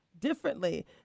differently